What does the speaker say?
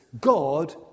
God